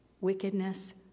Wickedness